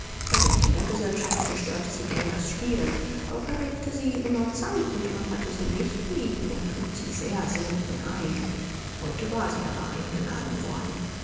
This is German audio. bei den kindergesellschaften störte sie gern das spielen auch erregte sie immer zank und man hatte sie nicht lieb und lud sie selten ein heute war sie aber eingeladen worden